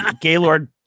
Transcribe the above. Gaylord